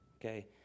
okay